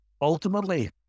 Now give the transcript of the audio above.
Ultimately